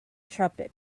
trumpet